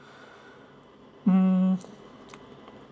mm